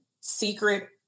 secret